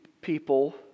people